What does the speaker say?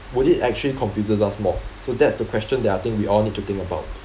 would it actually confuses us more so that's the question that I think we all need to think about